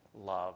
love